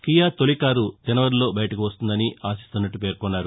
Kia తొలి కారు జనవరిలో బయటకు వస్తుందని పేర్కొన్నారు